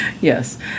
yes